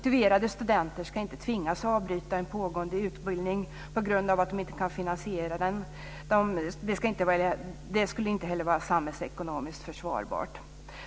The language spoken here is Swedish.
Motiverade studenter ska inte tvingas avbryta en pågående utbildning på grund av att de inte kan finansiera den. Det skulle inte heller vara samhällsekonomiskt försvarbart.